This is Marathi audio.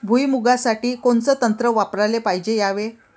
भुइमुगा साठी कोनचं तंत्र वापराले पायजे यावे?